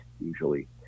usually